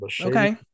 okay